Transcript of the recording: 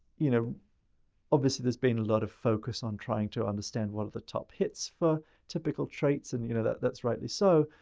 you know obviously there's been a lot of focus on trying to understand what are the top hits for typical traits. and you know, that that's rightly so.